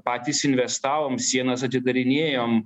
patys investavom sienas atidarinėjom